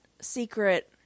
secret